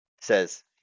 says